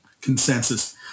consensus